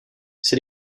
ces